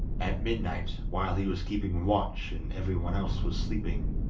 at midnight, while he was keeping watch and everyone else was sleeping,